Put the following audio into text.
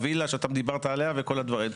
הווילה שדיברת עליה וכל הדברים.